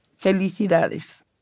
Felicidades